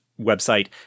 website